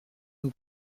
nous